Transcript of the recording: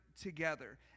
together